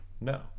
No